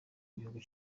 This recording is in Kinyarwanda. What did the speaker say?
gihugu